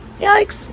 yikes